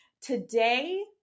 Today